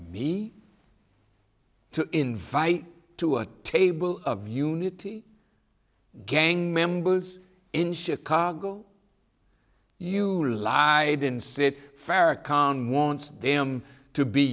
me to invite to a table of unity gang members in chicago you lied and said farah khan wants them to be